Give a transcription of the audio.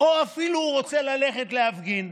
או אפילו רוצה ללכת להפגין.